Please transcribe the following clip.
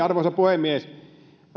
arvoisa puhemies